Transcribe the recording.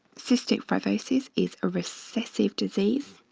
cystic fibrosis is a recessive disease.